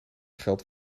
geld